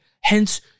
Hence